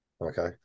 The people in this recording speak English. Okay